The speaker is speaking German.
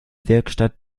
werkstatt